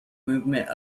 movement